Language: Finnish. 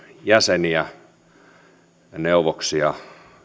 jäseniä ja neuvoksia